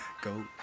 Go